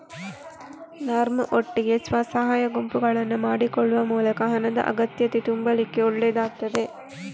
ನರ್ಮ್ ಒಟ್ಟಿಗೆ ಸ್ವ ಸಹಾಯ ಗುಂಪುಗಳನ್ನ ಮಾಡಿಕೊಳ್ಳುವ ಮೂಲಕ ಹಣದ ಅಗತ್ಯತೆ ತುಂಬಲಿಕ್ಕೆ ಒಳ್ಳೇದಾಗ್ತದೆ